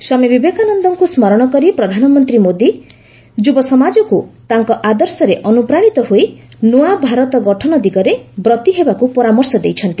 ସ୍ୱାମୀ ବିବେକାନନ୍ଦଙ୍କୁ ସ୍କରଣ କରି ପ୍ରଧାନମନ୍ତ୍ରୀ ମୋଦୀ ଯୁବସମାଜକୁ ତାଙ୍କ ଅଦର୍ଶରେ ଅନୁପ୍ରାଣୀତ ହୋଇ ନୂଆଭାରତ ଗଠନ ଦିଗରେ ବ୍ରତୀ ହେବାକୁ ପରାମର୍ଶ ଦେଇଛନ୍ତି